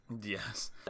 Yes